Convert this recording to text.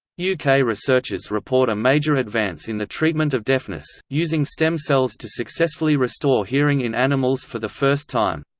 yeah uk researchers report a major advance in the treatment of deafness, using stem cells to successfully restore hearing in animals for the first time.